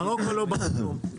מרוקו לא בחנו.